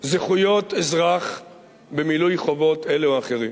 זכויות אזרח במילוי חובות אלה או אחרות.